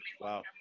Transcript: Wow